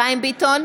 חיים ביטון,